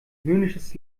höhnisches